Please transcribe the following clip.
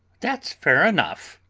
that's fair enough,